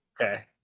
Okay